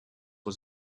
was